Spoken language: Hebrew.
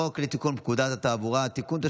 חוק לתיקון פקודת התעבורה (תיקון,